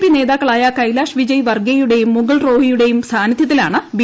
P നേതാക്കളായ കൈലാഷ് വിജയ് വർഗ്ഗിയയുടെയും മുഗുൾ റോയിയുടെയും സാന്നിധ്യത്തിലാണ് ബി